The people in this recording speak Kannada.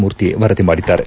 ಮೂರ್ತಿ ವರದಿ ಮಾಡಿದ್ದಾರೆ